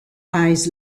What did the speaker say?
eyes